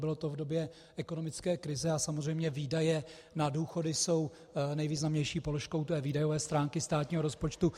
Bylo to v době ekonomické krize, a samozřejmě výdaje na důchody jsou nejvýznamnější položkou výdajové stránky státního rozpočtu.